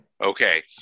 Okay